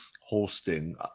hosting